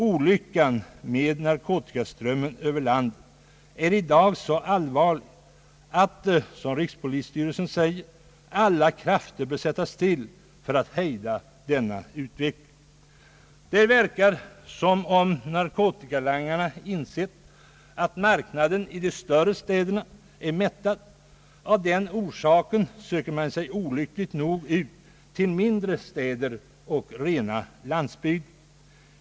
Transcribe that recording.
Olyckan med narkotikaströmmen över landet är i dag så allvarlig att, som rikspolisstyrelsen säger, alla krafter bör sättas in för att hejda denna utveckling. Det verkar som om narkotikalangarna har insett att marknaden i de större städerna är mättad, och av den orsaken söker de sig olyckligt nog ut till mindre städer och rena landsbygden.